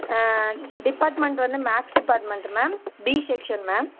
department வந்து maths department ma'am B section ma'am